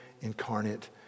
incarnate